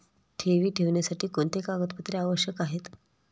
ठेवी ठेवण्यासाठी कोणते कागदपत्रे आवश्यक आहे?